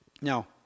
Now